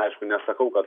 aišku nesakau kad